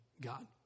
God